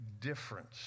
difference